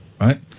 right